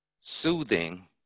soothing